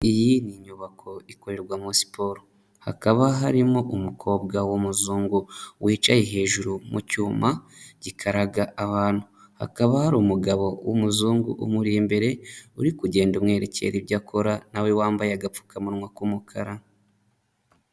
Iyi ni nyubako ikorerwamo siporo. Hakaba harimo umukobwa w'umuzungu wicaye hejuru mu cyuma gikaraga abantu. Hakaba hari umugabo w'umuzungu umuri imbere uri kugenda umwerekera ibyo akora na we wambaye agapfukamunwa k'umukara.